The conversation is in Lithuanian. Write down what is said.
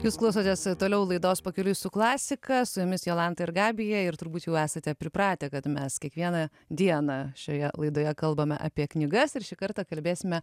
jūs klausotės toliau laidos pakeliui su klasika su jumis jolanta ir gabija ir turbūt jau esate pripratę kad mes kiekvieną dieną šioje laidoje kalbame apie knygas ir šį kartą kalbėsime